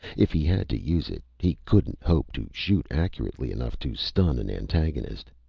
if he had to use it, he couldn't hope to shoot accurately enough to stun an antagonist.